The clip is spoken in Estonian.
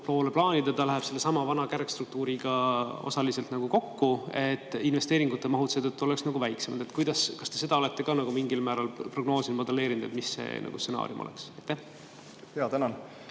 poole plaanime, siis ta läheb sellesama vana kärgstruktuuriga osaliselt kokku, seega investeeringute mahud seetõttu oleksid väiksemad. Kas te seda olete ka mingil määral prognoosinud ja modelleerinud, mis see stsenaarium oleks?